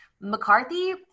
McCarthy